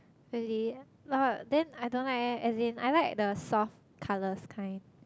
really then I don't like leh as in I like the soft colours kind